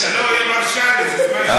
לא, היא מרשה לי, זה זמן של מרצ.